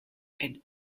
and